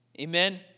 Amen